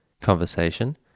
conversation